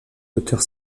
auteurs